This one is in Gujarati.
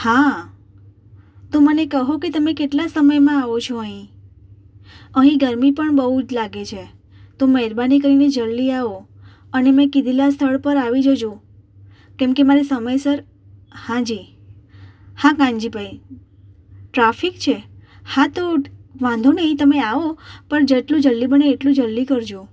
હા તો મને કહો કે તમે કેટલા સમયમાં આવો છો અહીં અહીં ગરમી પણ બહુ જ લાગે છે તો મહેરબાની કરીને જલ્દી આવો અને મેં કીધેલા સ્થળ પર આવી જજો કેમ કે મારે સમયસર હા જી હા કાનજીભાઈ ટ્રાફિક છે હા તો વાંધો નહીં તમે આવો પર જેટલું જલ્દી બને એટલું જલ્દી કરજો